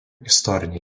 istoriniai